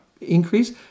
increase